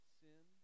sin